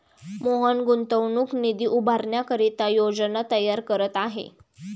मोहन गुंतवणूक निधी उभारण्याकरिता योजना तयार करत आहे